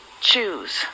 choose